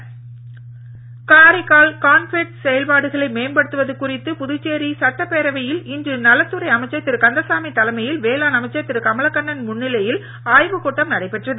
Kamalakannan Karaikal confed செயல்பாடுகளை மேம்படுத்துவது குறித்து புதுச்சேரி சட்டப்பேரவையில் இன்று நலத்துறை அமைச்சர் திரு கந்தசாமி தலைமையில் வேளாண் அமைச்சர் திரு கமலக்கண்ணன் முன்னிலையில் ஆய்வுக் கூட்டம் நடைபெற்றது